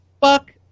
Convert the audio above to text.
fuck